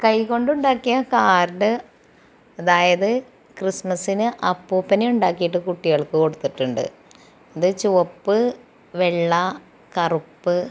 കൈ കൊണ്ടു ണ്ടാക്കിയ കാർഡ് അതായത് ക്രിസ്മസിന് അപ്പൂപ്പനെ ഉണ്ടാക്കിയിട്ട് കുട്ടികൾക്ക് കൊടുത്തിട്ടുണ്ട് അത് ചുവപ്പ് വെള്ള കറുപ്പ്